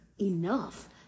enough